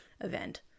event